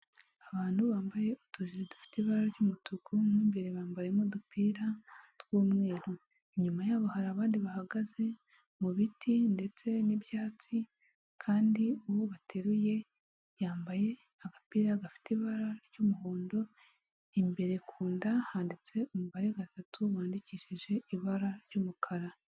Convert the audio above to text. Abantu bambaye utujire dufite ibara ry'umutuku n'imbere bambayemo udupira tw'umweru, inyuma yabo hari abandi bahagaze mu biti ndetse n'ibyatsi kandi uwo bateruye yambaye agapira gafite ibara ry'umuhondo, imbere ku nda handitse umubare gatatu wandikishije ibara ry'umukara.